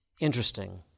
interesting